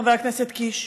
חבר הכנסת קיש: